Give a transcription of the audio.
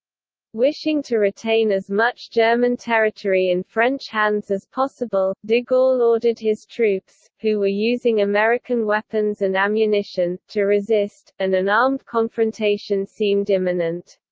wishing to retain as much german territory in french hands as possible, de gaulle ordered his troops, who were using american weapons and ammunition, to resist, and an armed confrontation seemed imminent.